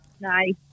Nice